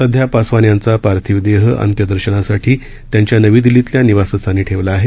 सध्या पासवान यांचा पार्थिव देह अंत्यदर्शनासाठी त्यांच्या नवी दिल्लीतल्या निवास स्थानी ठेवला आहे